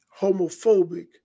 homophobic